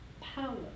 power